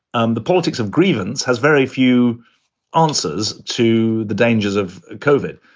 um the politics of grievance has very few answers to the dangers of covered.